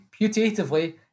putatively